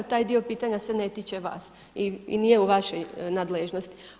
Taj dio pitanja se ne tiče vas i nije u vašoj nadležnosti.